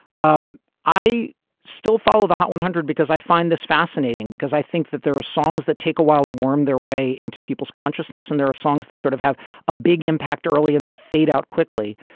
um i still follow the hot one hundred because i find this fascinating, because i think that there are songs that take a while to worm their way into people's consciousness and there are songs that sort of have a big impact early and then fade out quickly.